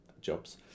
jobs